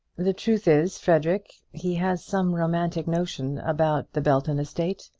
the truth is, frederic, he has some romantic notion about the belton estate.